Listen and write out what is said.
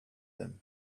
them